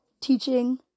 teaching